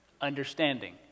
understanding